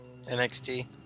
NXT